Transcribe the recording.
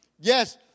Yes